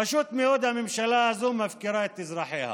פשוט מאוד, הממשלה הזאת מפקירה את אזרחיה.